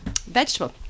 vegetable